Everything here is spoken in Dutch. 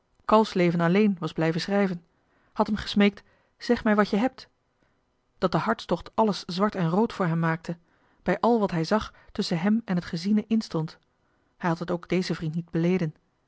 kalfsleven alleen was blijven schrijven had hem gesmeekt zeg mij wat je hebt dat de hartstocht alles zwart en rood voor hem maakte bij al wat hij johan de meester de zonde in het deftige dorp zag tusschen hem en het geziene in stond hij had het ook dezen vriend